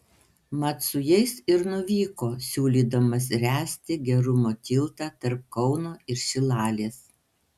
mat su jais ir nuvyko siūlydamas ręsti gerumo tiltą tarp kauno ir šilalės